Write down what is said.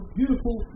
beautiful